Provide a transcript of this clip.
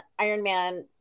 Ironman